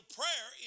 prayer